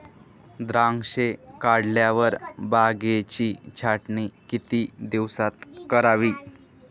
द्राक्षे काढल्यावर बागेची छाटणी किती दिवसात करावी?